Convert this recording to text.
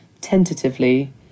tentatively